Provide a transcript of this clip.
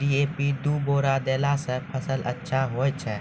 DAP दु बोरा देला से फ़सल अच्छा होय छै?